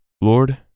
Lord